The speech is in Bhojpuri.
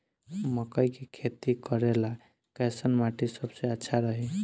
मकई के खेती करेला कैसन माटी सबसे अच्छा रही?